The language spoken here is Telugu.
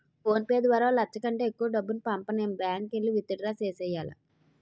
ఫోన్ పే ద్వారా ఒక లచ్చ కంటే ఎక్కువ డబ్బు పంపనేము బ్యాంకుకెల్లి విత్ డ్రా సెయ్యాల